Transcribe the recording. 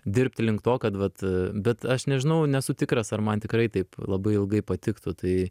dirbti link to kad vat bet aš nežinau nesu tikras ar man tikrai taip labai ilgai patiktų tai